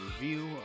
review